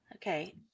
Okay